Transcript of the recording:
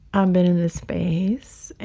um been in this space and,